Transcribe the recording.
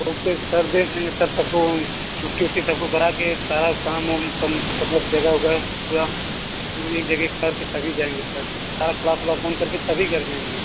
okay sir देख लेंगे sir सबको छुट्टी पर सब को करा कर सब काम वाम सब जगह वगह पूरी सभी जगह का कर के साफ़ वाफ करके तभी घर जाएँगे